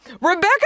Rebecca